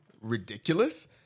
ridiculous